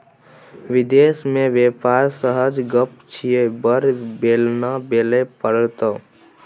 विदेश मे बेपार सहज गप छियै बड़ बेलना बेलय पड़तौ